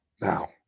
Now